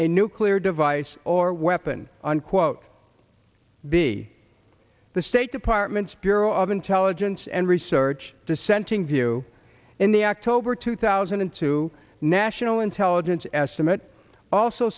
a nuclear device or weapon unquote b the state department's bureau of intelligence and research dissenting view in the october two thousand and two national intelligence estimate also